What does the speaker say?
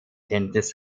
kenntnis